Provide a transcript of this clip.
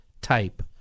type